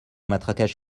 matraquage